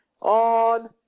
on